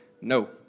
No